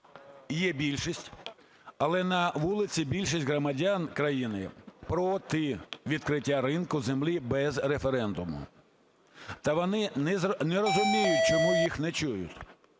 є більшість, але на вулиці більшість громадян країни проти відкриття ринку землі без референдуму. Та вони не розуміють, чому їх не чують.